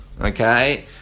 Okay